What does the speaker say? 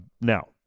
Now